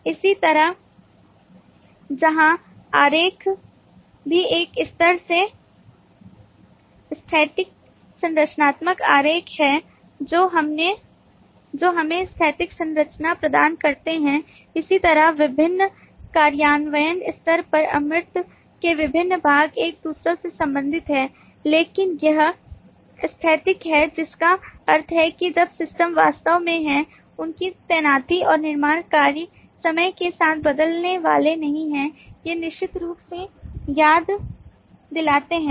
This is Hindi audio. तो इसी तरह यहाँ आरेख भी एक तरह से स्थैतिक संरचनात्मक आरेख हैं जो हमें स्थैतिक संरचना प्रदान करते हैं इसी तरह विभिन्न कार्यान्वयन स्तर पर अमूर्त के विभिन्न भाग एक दूसरे से संबंधित हैं लेकिन यह स्थैतिक है जिसका अर्थ है कि जब सिस्टम वास्तव में है इनकी तैनाती और निर्माण कार्य समय के साथ बदलने वाले नहीं हैं ये निश्चित रूप से याद दिलाते हैं